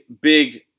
big